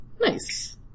Nice